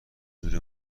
نور